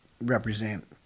represent